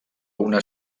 una